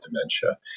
dementia